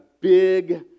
big